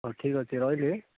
ହଉ ଠିକ୍ଅଛି ରହିଲି